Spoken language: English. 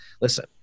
listen